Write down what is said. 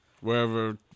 wherever